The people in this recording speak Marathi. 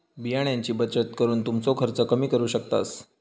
बियाण्यांची बचत करून तुमचो खर्च कमी करू शकतास